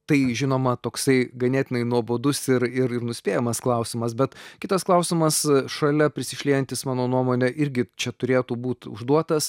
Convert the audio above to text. tai žinoma toksai ganėtinai nuobodus ir ir ir nuspėjamas klausimas bet kitas klausimas šalia prisišliejantis mano nuomone irgi čia turėtų būt užduotas